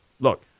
Look